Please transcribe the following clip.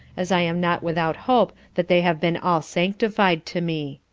as i am not without hope that they have been all sanctified to me.